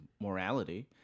morality